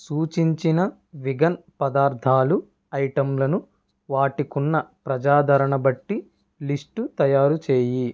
సూచించిన విగన్ పదార్థాలు ఐటంలను వాటికున్న ప్రజాదరణ బట్టి లిస్టు తయారు చేయి